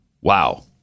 Wow